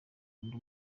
akunda